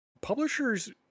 Publishers